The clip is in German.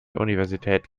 universität